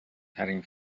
ترین